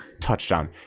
Touchdown